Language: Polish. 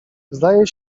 zdaje